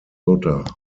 minnesota